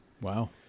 wow